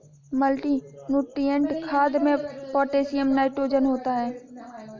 multinutrient खाद में potassium nitrogen होता है